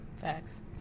Facts